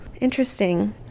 Interesting